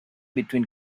between